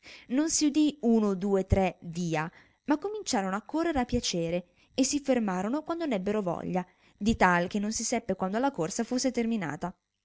non si udì uno due tre via ma cominciarono a correre a piacere e si fermarono quando n'ebbero voglia di tal che non si seppe quando la corsa fosse terminata